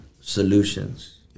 solutions